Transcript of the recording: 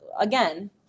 again